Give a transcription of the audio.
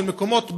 של מקומות בארץ.